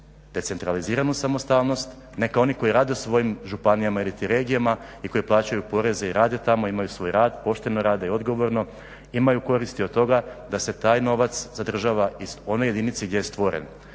decentraliziranu samostalnost, neka oni koji rade u svojim županijama iliti regijama i koji plaćaju poreze i rade tamo, imaju svoj rad, pošteno rade i odgovorno, imaju koristi od toga da se taj novac zadržava iz one jedinice gdje je stvoren,